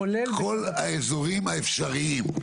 בכל האזורים האפשריים.